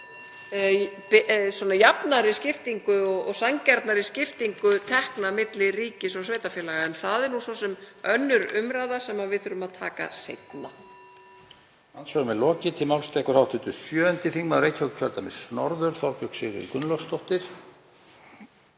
að jafnari skiptingu og sanngjarnari skiptingu tekna milli ríkis og sveitarfélaga. Það er svo sem önnur umræða sem við þurfum að taka seinna.